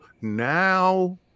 now